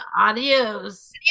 adios